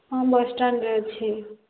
ହଁ ବସଷ୍ଟାଣ୍ଡରେ ଅଛି